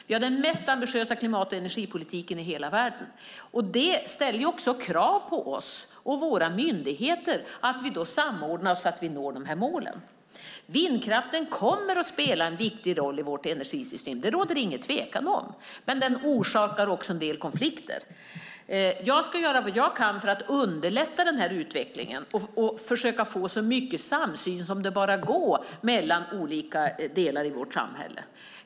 Vi har den mest ambitiösa klimat och energipolitiken i hela världen. Det ställer också krav på oss och våra myndigheter så att vi samordnar för att nå dessa mål. Vindkraften kommer att spela en viktig roll i vårt energisystem. Det råder ingen tvekan om det. Men den orsakar också en del konflikter. Jag ska göra vad jag kan för att underlätta denna utveckling och försöka få så mycket samsyn som det bara går mellan olika delar i vårt samhälle.